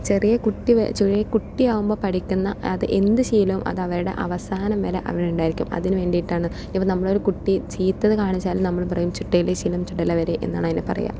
ചെറിയ കുട്ടി ചെറിയ കുട്ടി ആകുമ്പോൾ പഠിക്കുന്ന എന്ത് ശീലവും അത് അവരുടെ അവസാനം വരെ അവരിലുണ്ടായിരിക്കും അതിനുവേണ്ടിയാണ് ഇനി ഇപ്പോൾ നമ്മൾ ഒരു കുട്ടി ചീത്തത് കാണിച്ചാലും നമ്മള് പറയും ചുട്ടയിലെ ശീലം ചുടല വരെ എന്നാണ് അതിന് പറയുക